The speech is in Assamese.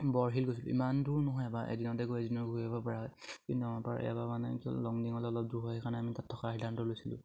বৰশীল গৈছিলো ইমান দূৰ নহয় বা এদিনতে গৈ এদিনতে ঘূৰি আহিব পৰা হয় কিন্তু পাৰে এবাৰ মানে কি লং ডিঙত অলপ দূৰ হৈ কাৰণে আমি তাত থকাৰ সিদ্ধান্ত লৈছিলোঁ